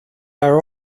are